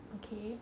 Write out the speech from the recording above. okay